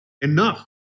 Enough